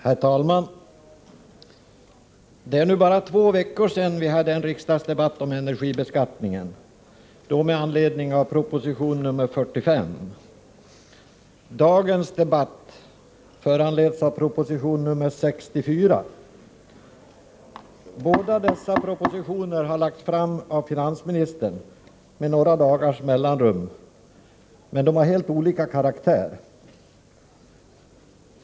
Herr talman! Det är bara två veckor sedan vi senast hade en riksdagsdebatt om energibeskattningen, den gången med anledning av proposition 1984 85:64. Båda dessa propositioner har lagts fram av finansministern med bara några dagars mellanrum. De har dock helt olika karaktär.